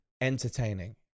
entertaining